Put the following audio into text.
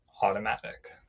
automatic